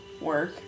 work